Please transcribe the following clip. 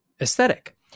aesthetic